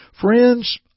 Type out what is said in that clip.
Friends